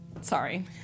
Sorry